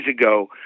ago